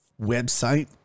Website